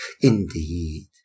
Indeed